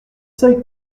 seuil